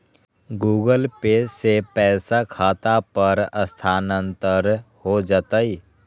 Google Pay से पईसा खाता पर स्थानानंतर हो जतई?